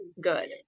good